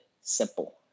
simple